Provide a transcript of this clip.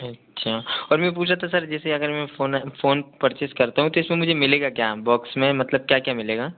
अच्छा और ये पूछ रहा था सर जैसे कि मैं फ़ोन परचेज करता हूँ तो उस में मुझे मिलेगा क्या बॉक्स में मतलब क्या क्या मिलेगा